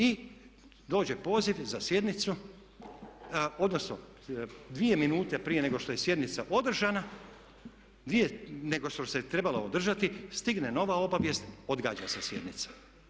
I dođe poziv za sjednicu, odnosno 2 minute prije nego što je sjednica održana, nego što se trebala održati stigne nova obavijest, odgađa se sjednica.